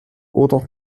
oder